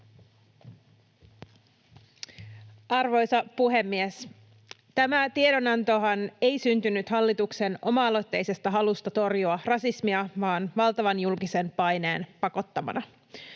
Arvoisa puhemies! Tämä tiedonantohan ei syntynyt hallituksen oma-aloitteisesta halusta torjua rasismia vaan valtavan julkisen paineen pakottamana.